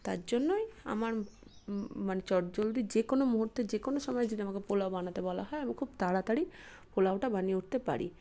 তার জন্যই আমার মানে চটজলদি যে কোনো মুহুর্তে যে কোনো সময় যদি আমাকে পোলাও বানাতে বলা হয় আমি খুব তাড়াতাড়ি পোলাওটা বানিয়ে উঠতে পারি